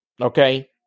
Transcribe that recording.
okay